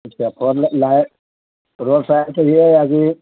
اچھا ف road side تو یہ ہے کہ